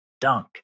dunk